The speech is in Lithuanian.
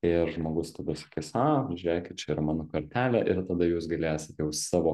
ir žmogus tada sakis a žiūrėkit čia yra mano kortelė ir tada jūs galėsit jau savo